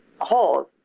holes